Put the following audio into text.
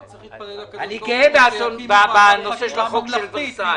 אני גאה בחוק ורסאי.